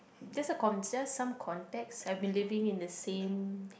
just a conses~ just some context I have been living in the same